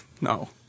no